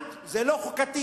זה לא חוקתי